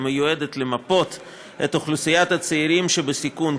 המיועדת למפות את אוכלוסיית הצעירים שבסיכון,